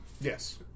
Yes